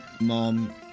mom